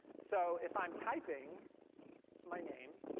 so if i'm typing my name,